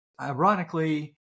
ironically